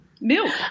milk